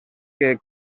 que